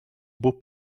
buca